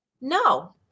no